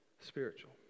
spiritual